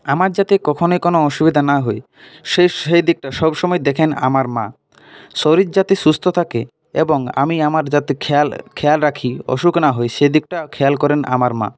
আমার যাতে কখনই কোনো অসুবিধা না হয় সে সে দিকটা সব সময় দেখেন আমার মা শরীর যাতে সুস্থ থাকে এবং আমি আমার যাতে খেয়াল খেয়াল রাখি অসুখ না হয় সেদিকটাও খেয়াল করেন আমার মা